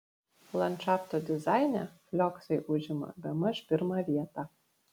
landšafto dizaine flioksai užima bemaž pirmą vietą